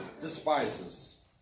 despises